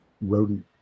rodent